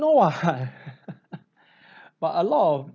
know ah but a lot of